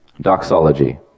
Doxology